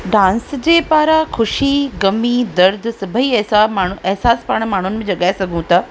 dance जे पारां ख़ुशी ग़मी दर्द सभई अहसा माण्हू अहिसासु पाण माण्हुनि में जॻाए सघूं था